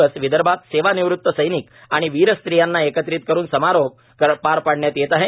दिवस विदर्भात सेवा निवृत सैनिक आणि वीर स्ट्रियांना एकत्रित करून समारोह पार पाडण्यात येत आहे